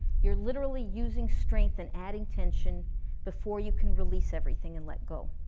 you're literally using strength and adding tension before you can release everything and let go